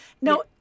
No